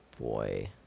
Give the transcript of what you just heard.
boy